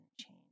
change